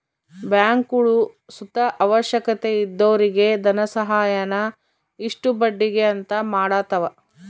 ಬ್ಯಾಂಕ್ಗುಳು ಸುತ ಅವಶ್ಯಕತೆ ಇದ್ದೊರಿಗೆ ಧನಸಹಾಯಾನ ಇಷ್ಟು ಬಡ್ಡಿಗೆ ಅಂತ ಮಾಡತವ